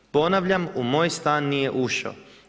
Ponavljam u moj stan nije ušao.